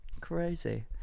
Crazy